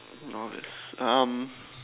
no that's um